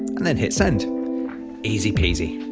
and then hit send easy-peasy